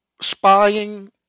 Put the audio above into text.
spying